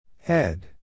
Head